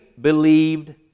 believed